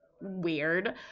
weird